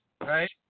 right